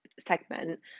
Segment